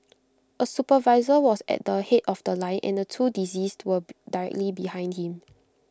A supervisor was at the Head of The Line and the two deceased were directly behind him